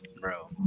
bro